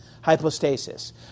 hypostasis